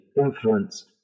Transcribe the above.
influence